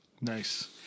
nice